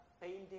painting